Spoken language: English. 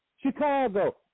Chicago